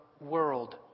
world